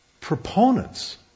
proponents